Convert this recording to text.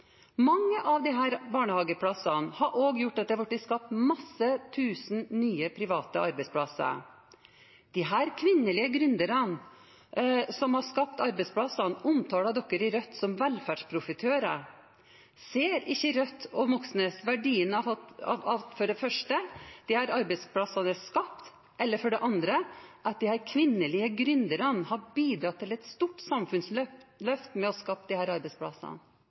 Mange av disse barnehageplassene har også ført til at mange tusen nye private arbeidsplasser har blitt skapt. Disse kvinnelige gründerne som har skapt arbeidsplassene, omtales av Rødt som velferdsprofitører. Ser ikke Rødt og Moxnes verdien av for det første at disse arbeidsplassene er skapt, og for det andre at disse kvinnelige gründerne har bidratt til et stort samfunnsløft ved å skape disse arbeidsplassene?